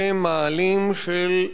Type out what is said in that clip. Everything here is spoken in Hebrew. אלה מאהלים של,